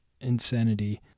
insanity